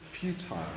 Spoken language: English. futile